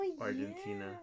Argentina